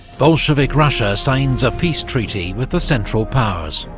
bolshevik russia signs a peace treaty with the central powers.